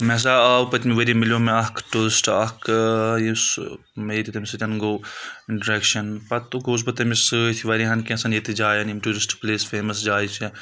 مےٚ ہَسا آو پٔتمہِ ؤری مِلِیَو مےٚ اَکھ ٹوٗرِسٹہٕ اکھ یُس مےٚ ییٚتہِ تَمہِ سۭتۍ گوٚو اِنٹٕرَیٚکشَن پَتہٕ گوٚس بہٕ تٔمِس سۭتۍ واریاہَن کینٛژھَن ییٚتہِ جایَن یِم ٹوٗرِسٹہٕ پٕلَیس فیمَس جایہِ چھِ